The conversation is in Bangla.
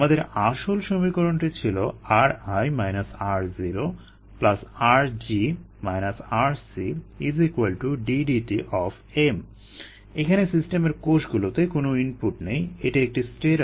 আমাদের আসল সমীকরণটি ছিল ri ro rg rc d dt এখানে সিস্টেমের কোষগুলোতে কোনো ইনপুট নেই এটি একটি স্টেরাইল ফিড